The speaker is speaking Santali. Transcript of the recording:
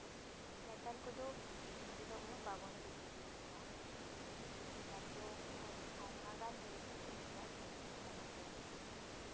ᱱᱮᱛᱟᱨ ᱠᱚᱫᱚ ᱰᱷᱤᱝᱠᱤ ᱫᱚ ᱩᱱᱟᱹᱜ ᱵᱟᱵᱚᱱ ᱫᱤᱥ ᱦᱩᱫᱤᱥ ᱜᱮᱭᱟ ᱱᱮᱛᱟᱨ ᱫᱚ ᱟᱭᱢᱟ ᱜᱟᱱ ᱡᱤᱱᱤᱥ ᱩᱰᱩᱠ ᱠᱟᱱᱟ ᱰᱷᱤᱝᱠᱤ ᱞᱮᱠᱟᱱᱟᱜ ᱫᱚ